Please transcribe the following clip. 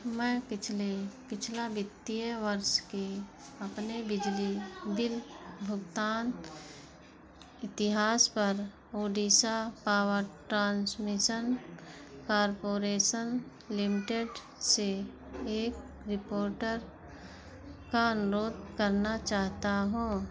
मैं पिछले पिछला वित्तीय वर्ष की अपने बिजली बिल भुगतान इतिहास पर Odisha power transmission corporation limited से एक रिपोर्टर का अनुरोध करना चाहता हूँ